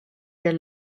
der